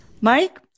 Mike